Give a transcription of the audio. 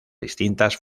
distintas